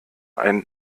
ein